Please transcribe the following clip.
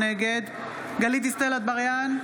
נגד גלית דיסטל אטבריאן,